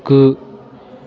गु